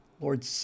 Lord